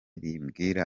ribwira